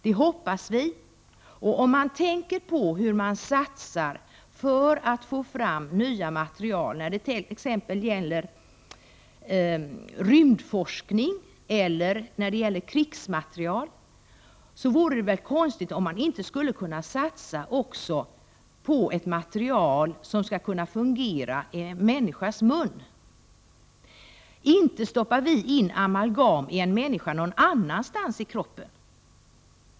Med tanke på hur mycket som satsas för att få fram nya material när det t.ex. gäller rymdforskning eller krigsmateriel vore det väl konstigt om man inte skulle kunna satsa också på ett material som skall fungera i en människas mun. Inte stoppar vi in amalgam i en människa någon annanstans i kroppen.